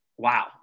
wow